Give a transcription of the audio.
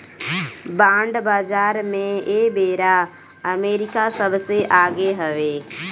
bond बाजार में एबेरा अमेरिका सबसे आगे हवे